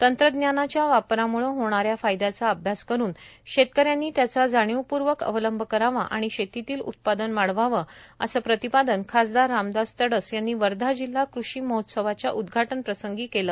तंत्रज्ञानाच्या वापरामुळे होणाऱ्या फायद्याचा अभ्यास करून शेतकऱयांनी त्याचा जाणीवपूर्वक अवलंब करावा आणि शेतीतील उत्पादन वाढवावे असे प्रतिपादन खासदार रामदास तडस यांनी वर्धा जिल्हा कृषी महोत्सवाच्या उदघाटनप्रसंर्गी केले